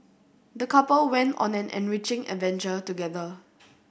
the couple went on an enriching adventure together